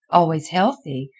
always healthy!